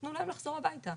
תנו להם לחזור הביתה.